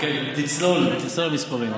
תצלול, תצלול למספרים.